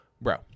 bro